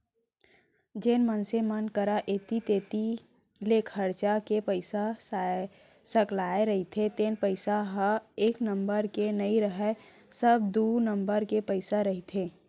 जेन मनसे मन करा ऐती तेती ले काहेच के पइसा सकलाय रहिथे तेन पइसा ह एक नंबर के नइ राहय सब दू नंबर के पइसा रहिथे